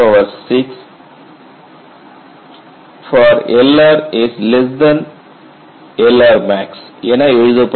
656 for LrLr max என எழுதப்படுகிறது